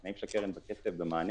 התנאים של הקרן בכסף ובמענה.